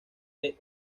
del